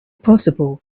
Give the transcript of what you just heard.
possible